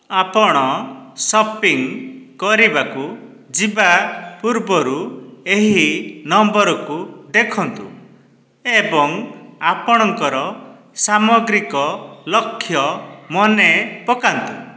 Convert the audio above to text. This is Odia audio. ଆପଣ ସପିଂ କରିବାକୁ ଯିବା ପୂର୍ବରୁ ଏହି ନମ୍ବରକୁ ଦେଖନ୍ତୁ ଏବଂ ଆପଣଙ୍କର ସାମଗ୍ରିକ ଲକ୍ଷ୍ୟ ମନେପକାନ୍ତୁ